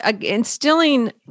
instilling